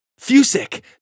Fusik